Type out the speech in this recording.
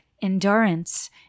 endurance